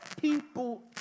people